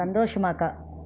சந்தோஷமாக